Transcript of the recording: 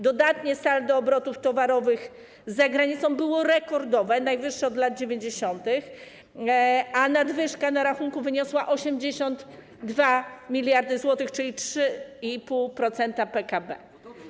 Dodatnie saldo obrotów towarowych za granicą było rekordowe, najwyższe od lat 90., a nadwyżka na rachunku wyniosła 82 mld zł, czyli 3,5% PKB.